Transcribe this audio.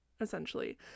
essentially